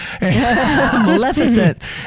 Maleficent